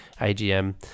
AGM